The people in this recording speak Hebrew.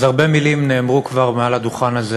אז הרבה מילים נאמרו כבר מעל הדוכן הזה